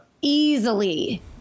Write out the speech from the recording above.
easily